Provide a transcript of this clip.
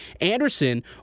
Anderson